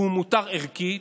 והוא מותר ערכית,